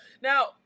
Now